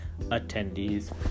attendees